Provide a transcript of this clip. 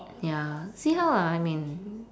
ya see how lah I mean